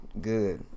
Good